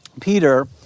Peter